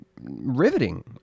riveting